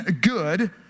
good